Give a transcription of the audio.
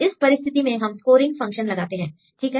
इस परिस्थिति में हम स्कोरिंग फंक्शन लगाते हैं ठीक है